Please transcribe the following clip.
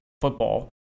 football